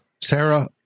Sarah